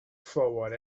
forward